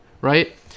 right